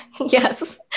Yes